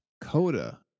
Coda